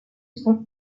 son